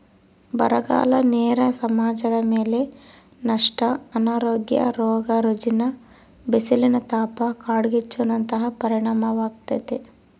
ಬರಗಾಲ ನೇರ ಸಮಾಜದಮೇಲೆ ನಷ್ಟ ಅನಾರೋಗ್ಯ ರೋಗ ರುಜಿನ ಬಿಸಿಲಿನತಾಪ ಕಾಡ್ಗಿಚ್ಚು ನಂತಹ ಪರಿಣಾಮಾಗ್ತತೆ